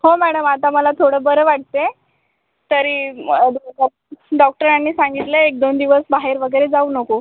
हो मॅडम आता मला थोडं बरं वाटते तरी डॉक्टरांनी सांगितलं आहे एक दोन दिवस बाहेर वगैरे जाऊ नको